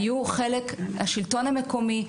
היו חלק השלטון המקומי,